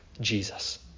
Jesus